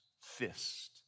fist